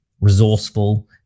resourceful